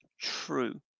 true